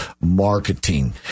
marketing